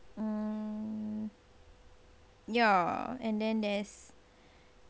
mm ya and then there's